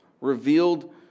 revealed